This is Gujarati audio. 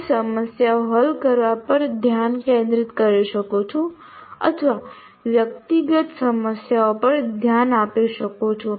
હું સમસ્યાઓ હલ કરવા પર ધ્યાન કેન્દ્રિત કરી શકું છું અથવા વ્યક્તિગત સમસ્યાઓ પર ધ્યાન આપી શકું છું